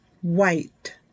white